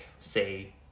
say